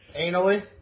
Anally